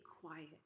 quiet